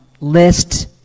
list